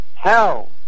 Hell